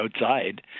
outside